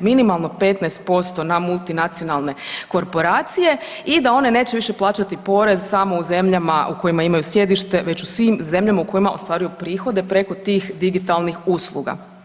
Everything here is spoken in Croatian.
minimalno 15% na multinacionalne korporacije i da one neće više plaćati porez samo u zemljama u kojima imaju sjedište već u svim zemljama u kojima ostvaruju prihode preko tih digitalnih usluga.